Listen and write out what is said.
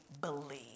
believe